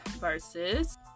versus